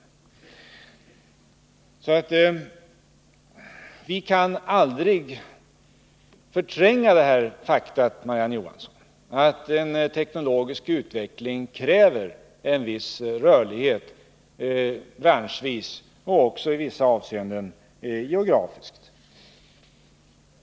Vi kan aldrig förtränga det faktum, Marie-Ann Johansson, att en teknologisk utveckling kräver viss rörlighet branschvis och i vissa avseenden också geografiskt.